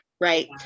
Right